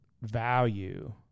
value